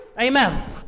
Amen